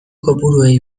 kopuruei